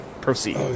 Proceed